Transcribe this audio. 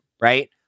Right